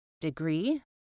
Degree